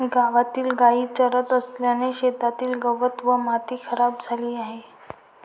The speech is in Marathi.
गावातील गायी चरत असल्याने शेतातील गवत व माती खराब झाली आहे